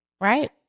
right